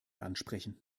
ansprechen